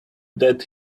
that